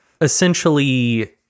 essentially